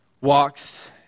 walks